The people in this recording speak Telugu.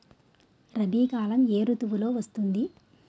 రబీ కాలం ఏ ఋతువులో వస్తుంది?